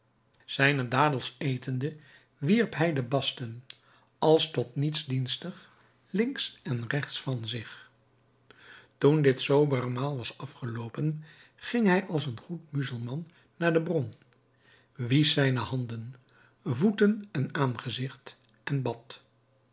zijne dadels etende wierp hij de basten als tot niets dienstig links en regts van zich toen dit sobere maal was afgeloopen ging hij als een goed muzelman naar de bron wiesch zijne handen voeten en aangezigt en bad